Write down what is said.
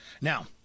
now